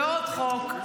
ועוד חוק.